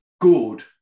good